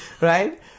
Right